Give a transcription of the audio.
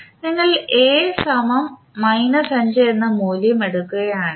നിങ്ങൾ എന്ന മൂല്യം എടുക്കുകയാണെങ്കിൽ